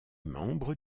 membres